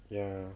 ya